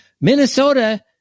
Minnesota